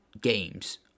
games